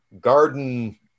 garden